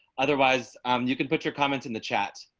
otherwise you could put your comments in the chat.